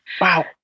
Wow